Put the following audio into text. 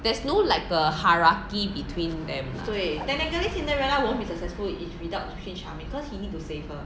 there's no like a hierarchy between them lah